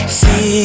see